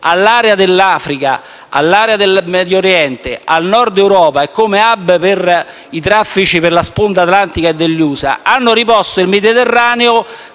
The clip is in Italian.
all'area dell'Africa, al Medioriente e al Nord Europa come *hub* per i traffici per la sponda atlantica degli USA - ha rimesso il Mediterraneo